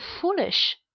foolish